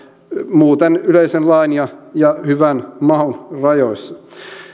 muuten yleisen lain ja ja hyvän maun rajoissa